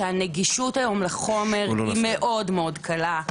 שהנגישות היום לחומר היא מאוד מאוד קלה,